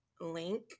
link